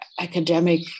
academic